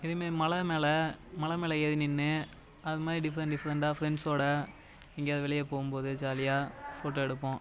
இதேமாதிரி மலை மேல் மலை மேல் ஏறி நின்று அதுமாதிரி டிஃப்ரெண்ட் டிஃப்ரெண்டாக ஃப்ரெண்ட்ஸோடு எங்கேயாவது வெளியே போகும்போது ஜாலியாக ஃபோட்டோ எடுப்போம்